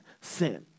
sin